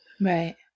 Right